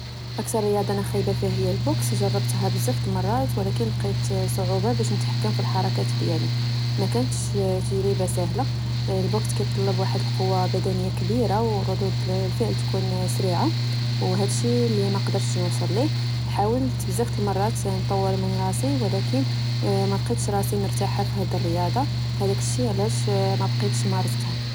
أكتر رياضة أنا خايبة فيها هي البوكس. جربتها بزاف المرات ولكن لقيت صعوبة باش نتحكم فالحركات ديالي. ما كانتش تجربة سهلة، البوكس كيطلب واحد القوة بدنية كبيرة وردود الفعل تكون سريعة، وهاد الشي لمقدرش نوصل ليه، حاولت بزاف المرات نطور من راسي ، ولكن ملقيتش راسي مرتاحة في هاد الرياضة. هداك الشي علاش مبقيتش مارستها